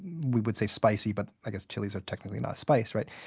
we would say spicy, but i guess chilies are technically not spice, right?